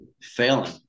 failing